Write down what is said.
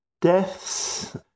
Deaths